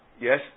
yes